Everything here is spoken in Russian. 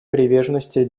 приверженности